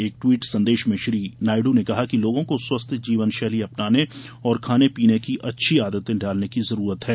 एक टवीट संदेश में श्री नायडू ने कहा कि लोगों को स्वस्थ जीवन शैली अपनाने और खाने पीने की अच्छी आदते डालने की जरूरत है